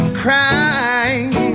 crying